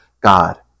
God